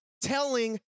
telling